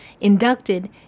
inducted